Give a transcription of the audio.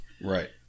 Right